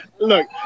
Look